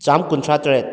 ꯆꯥꯝꯃ ꯀꯨꯟꯊ꯭ꯔꯥ ꯇꯔꯦꯠ